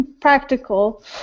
Practical